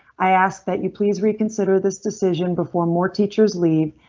i ask that you please reconsider this decision before more teachers leave.